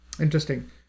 Interesting